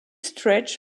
stretch